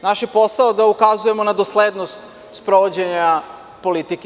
Naš je posao da ukazujemo na doslednost sprovođenja politike.